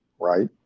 right